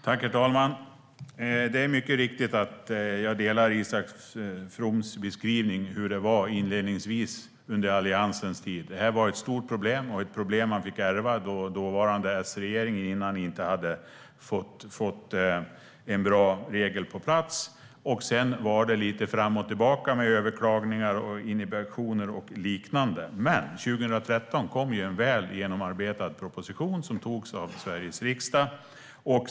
Herr talman! Mycket riktigt instämmer jag i Isak Froms beskrivning av hur det var inledningsvis under Alliansens tid. Det var ett stort problem som regeringen ärvde av den dåvarande S-regeringen, som inte hade fått en bra regel på plats. Sedan var det lite fram och tillbaka med överklaganden, inhibitioner och liknande. Men 2013 kom en väl genomarbetad proposition som antogs av Sveriges riksdag.